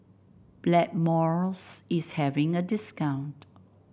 Blackmores is having a discount